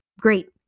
great